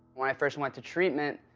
when i first went to treatment,